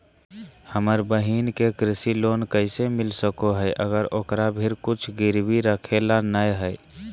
हमर बहिन के कृषि लोन कइसे मिल सको हइ, अगर ओकरा भीर कुछ गिरवी रखे ला नै हइ?